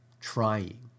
trying